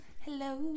Hello